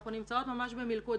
אנחנו נמצאות ממש במלכוד,